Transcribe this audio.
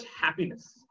happiness